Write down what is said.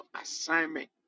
assignment